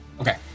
Okay